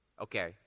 Okay